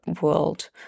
world